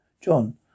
John